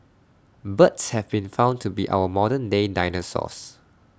birds have been found to be our modern day dinosaurs